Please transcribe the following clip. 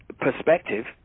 perspective